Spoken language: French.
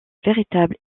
véritable